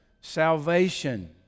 salvation